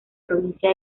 provincia